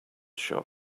shop